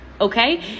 Okay